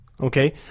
okay